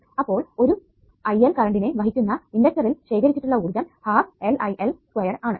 അപ്പോൾ ഒരു ILകറണ്ടിനെ വഹിക്കുന്ന ഇണ്ടക്ടറിൽ ശേഖരിച്ചിട്ടുള്ള ഊർജ്ജം 12LIL2ആണ്